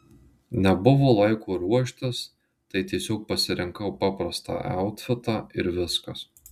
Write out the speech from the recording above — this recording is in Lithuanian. nebuvo laiko ruoštis tai tiesiog pasirinkau paprastą autfitą ir viskas